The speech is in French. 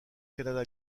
canada